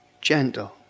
gentle